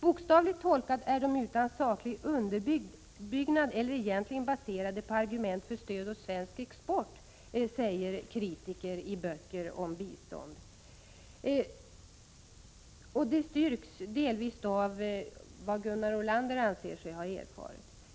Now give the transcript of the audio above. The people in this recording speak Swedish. Bokstavligt tolkade är de utan saklig underbyggnad eller egentligen baserade på argument för stöd åt svensk export, säger kritiker i böcker om bistånd. Detta styrks delvis av vad Gunnar Ohrlander har erfarit.